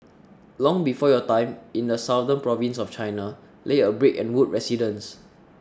long before your time in the southern province of China lay a brick and wood residence